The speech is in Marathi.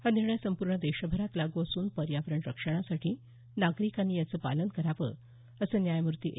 हा निर्णय संपूर्ण देशभरात लागू असून पर्यावरण रक्षणासाठी नागरिकांनी याचं पालन करावं असं न्यायमूर्ती ए